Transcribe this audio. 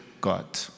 God